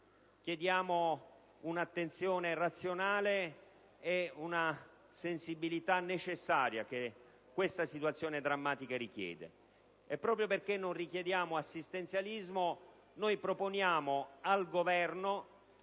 bensì un'attenzione razionale e una sensibilità necessaria rispetto a questa situazione drammatica. Proprio perché non chiediamo assistenzialismo, proponiamo al Governo